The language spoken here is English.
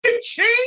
change